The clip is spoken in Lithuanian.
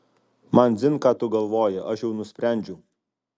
man dzin ką tu galvoji aš jau nusprendžiau